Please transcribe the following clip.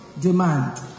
demand